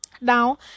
now